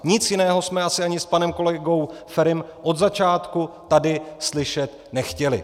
Nic jiného jsme asi ani s panem kolegou Ferim od začátku tady slyšet nechtěli.